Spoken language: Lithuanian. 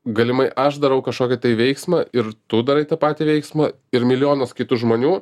galimai aš darau kažkokį tai veiksmą ir tu darai tą patį veiksmą ir milijonas kitų žmonių